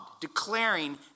declaring